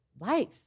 life